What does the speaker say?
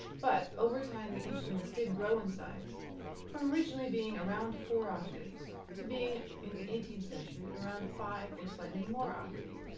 but over time the instruments did grow in size from originally being around four octaves to being, in the eighteenth century, around five or slightly more octaves,